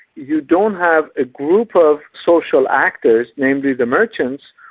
you don't have a group of social actors, namely the merchants,